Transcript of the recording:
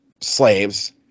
Slaves